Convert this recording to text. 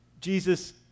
Jesus